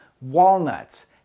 walnuts